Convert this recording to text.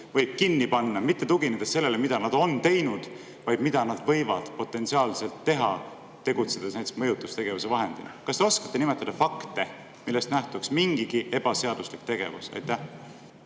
võib kinni panna mitte tuginedes sellele, mida nad on teinud, vaid mida nad võivad potentsiaalselt teha, tegutsedes näiteks mõjutustegevuse vahendina? Kas te oskate nimetada fakte, millest nähtuks mingigi ebaseaduslik tegevus? Tänan